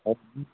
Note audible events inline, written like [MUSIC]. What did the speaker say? ಹೌದಾ [UNINTELLIGIBLE]